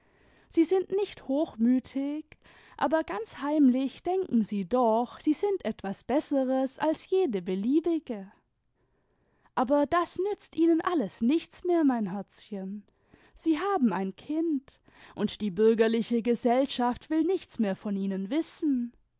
sie sind nicht hochmütig aber ganz heimlich denken sie doch sie sind etwas besseres als jede beliebige aber das nützt ihnen alles nichts mehr mein herzchen sie haben ein kind imd die bürgerliche gesellschaft will nichts mehr von ihnen wissen